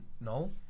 no